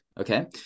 Okay